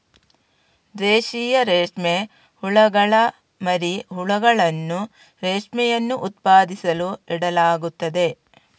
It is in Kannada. ದೇಶೀಯ ರೇಷ್ಮೆ ಹುಳುಗಳ ಮರಿ ಹುಳುಗಳನ್ನು ರೇಷ್ಮೆಯನ್ನು ಉತ್ಪಾದಿಸಲು ಇಡಲಾಗುತ್ತದೆ